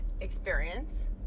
experience